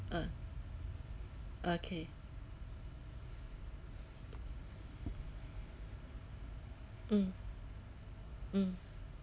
ah okay mm mm